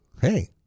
hey